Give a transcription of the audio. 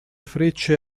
frecce